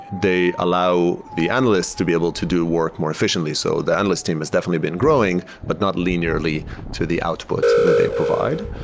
they allow the analysts to be able to do work more efficiently. so the analyst team is definitely been growing, but not linearly to the output that they provide.